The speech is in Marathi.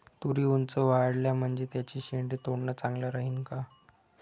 तुरी ऊंच वाढल्या म्हनजे त्याचे शेंडे तोडनं चांगलं राहीन का?